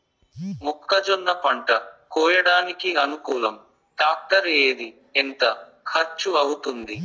మొక్కజొన్న పంట కోయడానికి అనుకూలం టాక్టర్ ఏది? ఎంత ఖర్చు అవుతుంది?